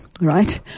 right